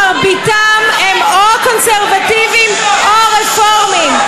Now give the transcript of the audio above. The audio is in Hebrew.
מרביתם הם או קונסרבטיבים או רפורמים.